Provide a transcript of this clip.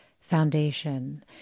Foundation